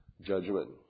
judgment